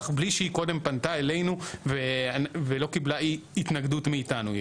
בלי שהיא קודם פנתה אלינו ולא קיבלה התנגדות מאיתנו.